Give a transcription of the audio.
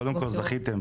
קודם כל, זכיתם.